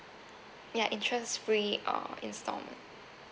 ya interest-free uh instalment